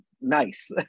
nice